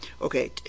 Okay